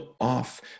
off